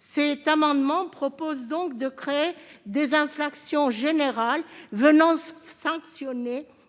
Cet amendement vise donc à créer des infractions générales venant sanctionner